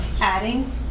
adding